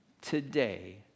today